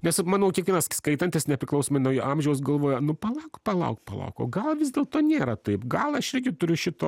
nes manau kiekvienas skaitantis nepriklausomai nuo jų amžiaus galvoja nu palauk palauk palauk o gal vis dėlto nėra taip gal aš irgi turiu šito